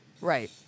Right